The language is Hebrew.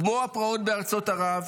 כמו הפרעות בארצות ערב,